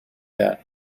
debt